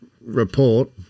report